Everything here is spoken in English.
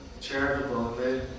charitable